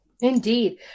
Indeed